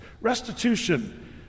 restitution